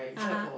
(uh huh)